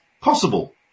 possible